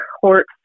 court